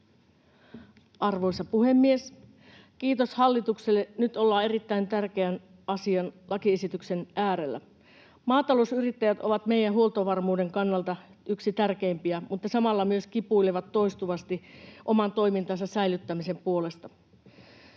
Arvoisa puhemies! Kiitos hallitukselle. Nyt ollaan erittäin tärkeän asian, lakiesityksen äärellä. Maatalousyrittäjät ovat meidän huoltovarmuuden kannalta yksi tärkeimpiä, mutta samalla he myös kipuilevat toistuvasti oman toimintansa säilyttämisen puolesta.